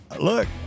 Look